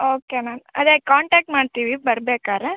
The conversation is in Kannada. ಓಕೆ ಮ್ಯಾಮ್ ಅದೇ ಕಾಂಟಾಕ್ಟ್ ಮಾಡ್ತೀವಿ ಬರ್ಬೇಕಾದ್ರೆ